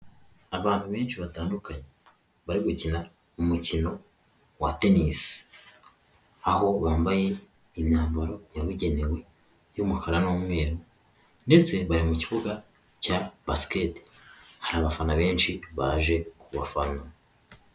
Abantu benshi batandukanye bari gukina umukino wa Tennis, aho bambaye imyambaro yabugenewe y'umukara n'umweru ndetse bari mu kibuga cya Basket hari abafana benshi baje ku bafana.